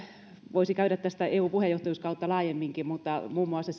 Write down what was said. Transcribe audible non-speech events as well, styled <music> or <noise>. voisi käydä tätä eu puheenjohtajuuskautta laajemminkin mutta muun muassa <unintelligible>